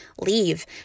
leave